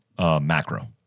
macro